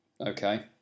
okay